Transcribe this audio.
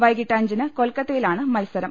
വൈകീട്ട് അഞ്ചിന് കൊൽക്കത്തയി ലാണ് മത്സരം